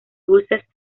dulces